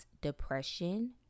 depression